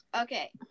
Okay